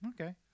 Okay